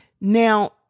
Now